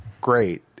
great